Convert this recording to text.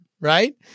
Right